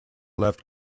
left